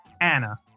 Anna